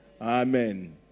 Amen